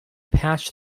patch